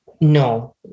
no